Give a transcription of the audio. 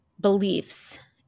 beliefs